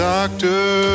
doctor